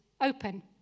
open